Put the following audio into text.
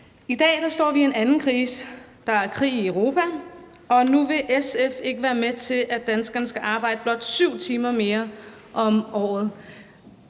I dag står vi i en anden krise. Der er krig i Europa, og nu vil SF ikke være med til, at danskerne skal arbejde blot 7 timer mere om året.